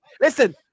listen